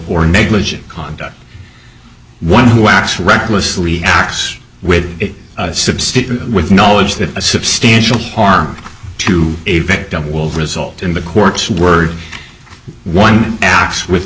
or negligent conduct one who acts recklessly acts with substance with knowledge that a substantial harm to a victim will result in the court's words one ass with